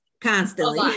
Constantly